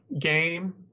game